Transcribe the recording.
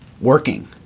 working